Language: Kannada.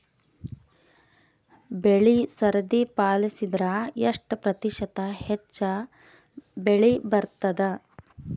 ಬೆಳಿ ಸರದಿ ಪಾಲಸಿದರ ಎಷ್ಟ ಪ್ರತಿಶತ ಹೆಚ್ಚ ಬೆಳಿ ಬರತದ?